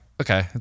okay